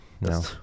No